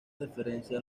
referencia